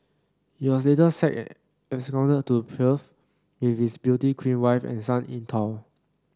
he was later sacked and absconded to Perth with his beauty queen wife and son in tow